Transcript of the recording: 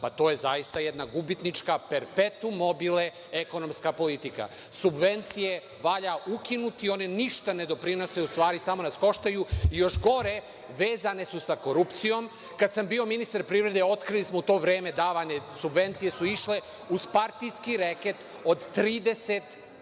pa to je zaista gubitnička „perpentum mobile“, ekonomska politika. Subvencije valja ukinuti. One ništa ne doprinose. U stvari, samo nas koštaju i još gore, vezane su za korupciju. Kada sam bio ministar privrede, otkrili smo u to vreme da su davane subvencije išle uz partijski reket od 30%.